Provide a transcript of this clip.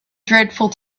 dreadful